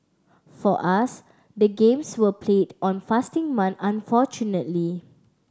for us the games were played on fasting month unfortunately